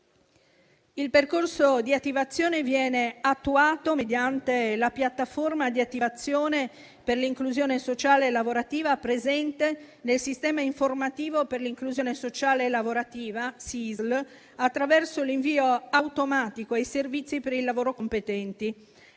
Il percorso di attivazione viene attuato mediante la piattaforma di attivazione per l'inclusione sociale e lavorativa presente nel sistema informativo per l'inclusione sociale e lavorativa (SISL), attraverso l'invio automatico ai servizi per il lavoro competenti.